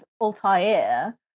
Altair